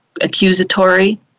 accusatory